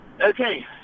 Okay